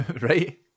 Right